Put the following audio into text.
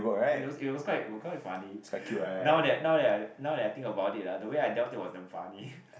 it was it was quite quite funny now that now that I now that I think about it ah the way I dealt it was damn funny